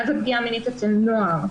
מה זה פגיעה מינית אצל נוער.